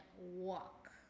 walk